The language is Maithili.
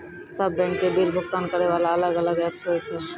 सब बैंक के बिल भुगतान करे वाला अलग अलग ऐप्स होय छै यो?